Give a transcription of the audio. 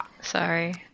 Sorry